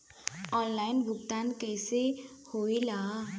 Online भुगतान कैसे होए ला?